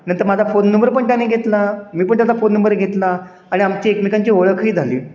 नंतर माझा phone number पण त्याने घेतला मी पण त्याचा फोन नंबर घेतला आणि आमच्या एकमेकांची ओळखही झाली